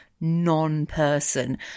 non-person